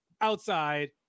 outside